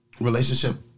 Relationship